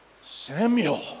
Samuel